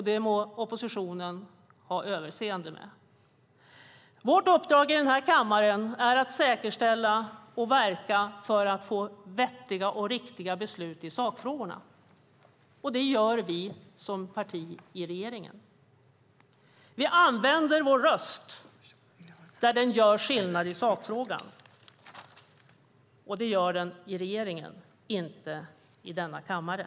Det må oppositionen ha överseende med. Vårt uppdrag här i kammaren är att säkerställa och verka för att få vettiga och riktiga beslut i sakfrågorna. Det gör vi som parti i regeringen. Vi använder vår röst där den gör skillnad i sakfrågan. Det gör den i regeringen - inte i denna kammare.